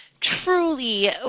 truly